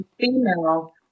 female